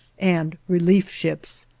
and relief ships.